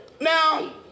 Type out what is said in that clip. Now